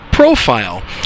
Profile